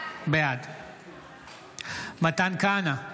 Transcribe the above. בעד מתן כהנא,